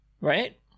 right